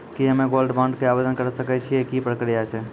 की हम्मय gold bond के आवदेन करे सकय छियै, की प्रक्रिया छै?